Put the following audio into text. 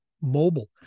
Mobile